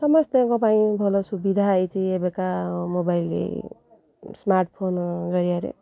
ସମସ୍ତଙ୍କ ପାଇଁ ଭଲ ସୁବିଧା ହେଇଛି ଏବେକା ମୋବାଇଲ୍ ସ୍ମାର୍ଟଫୋନ୍ ଜରିଆରେ